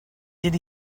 did